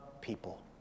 people